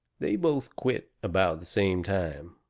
they both quit about the same time.